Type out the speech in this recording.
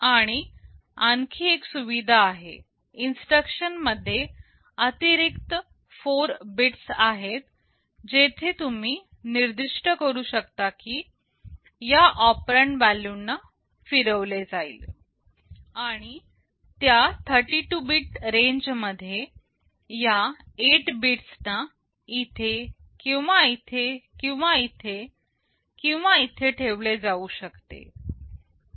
आणि आणखी एक सुविधा आहे इन्स्ट्रक्शन मध्ये अतिरिक्त 4 बिट्स आहेत जेथे तुम्ही निर्दिष्ट करू शकता की या ऑपरेंड व्हॅल्यू ना फिरवले जाईल आणि त्या 32 बीट रेंज मध्ये या 8 बिट्स ना इथे किंवा इथे किंवा इथे किंवा इथे ठेवले जाऊ शकते